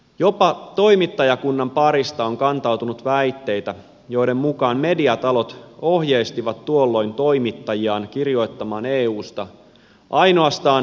jopa toimittajakunnan parista on kantautunut väitteitä joiden mukaan mediatalot ohjeistivat tuolloin toimittajiaan kirjoittamaan eusta ainoastaan positiiviseen sävyyn